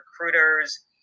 recruiters